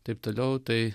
taip toliau tai